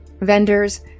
Vendors